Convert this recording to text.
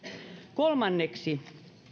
kolmanneksi